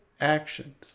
actions